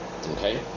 Okay